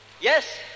Yes